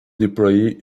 déployé